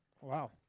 Wow